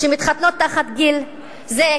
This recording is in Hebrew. שמתחתנות מתחת גיל זה,